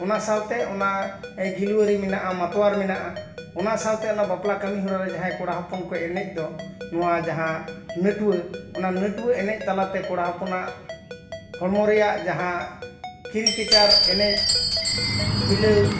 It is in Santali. ᱚᱱᱟ ᱥᱟᱶᱛᱮ ᱚᱱᱟ ᱜᱮᱞᱣᱟᱹᱨᱤ ᱢᱮᱱᱟᱜᱼᱟ ᱢᱟᱛᱣᱟᱨ ᱢᱮᱱᱟᱜᱼᱟ ᱚᱱᱟ ᱥᱟᱶᱛᱮ ᱚᱱᱟ ᱵᱟᱯᱞᱟ ᱠᱟᱹᱢᱤ ᱦᱚᱨᱟ ᱨᱮ ᱡᱟᱦᱟᱸᱭ ᱠᱚᱲᱟ ᱦᱚᱯᱚᱱ ᱠᱚ ᱮᱱᱮᱡ ᱫᱚ ᱱᱚᱣᱟ ᱡᱟᱦᱟᱸ ᱱᱟᱹᱴᱣᱟᱹ ᱚᱱᱟ ᱱᱟᱹᱴᱣᱟᱹ ᱮᱱᱮᱡ ᱛᱟᱞᱟᱛᱮ ᱠᱚᱲᱟ ᱦᱚᱯᱚᱱᱟᱜ ᱦᱚᱲᱢᱚ ᱨᱮᱭᱟᱜ ᱡᱟᱦᱟᱸ ᱠᱤᱨᱤ ᱠᱮᱪᱟᱨ ᱮᱱᱮᱡ ᱦᱤᱞᱟᱹᱣ